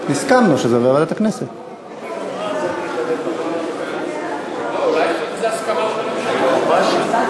אז החוק יועבר לוועדת הכנסת ושם יוחלט היכן הוא ימשיך